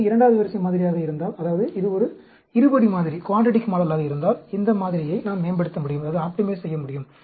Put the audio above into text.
இது இரண்டாவது வரிசை மாதிரியாக இருந்தால் அதாவது இது ஒரு இருபடி மாதிரியாக இருந்தால் இந்த மாதிரியை நாம் மேம்படுத்தமுடியும்